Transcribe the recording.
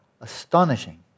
Astonishing